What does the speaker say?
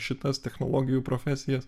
šitas technologijų profesijas